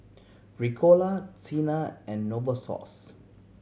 Ricola Tena and Novosource